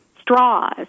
straws